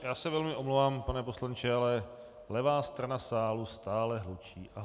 Já se velmi omlouvám, pane poslanče, ale levá strana sálu stále hlučí a hlučí.